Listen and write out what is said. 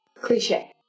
cliche